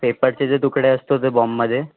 पेपरचे जे तुकडे असतो ते बॉममध्ये